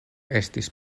estis